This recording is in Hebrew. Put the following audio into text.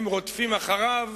הם רודפים אחריו,